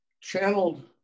channeled